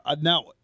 Now